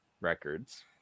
records